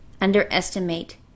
underestimate